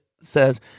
says